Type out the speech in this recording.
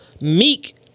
Meek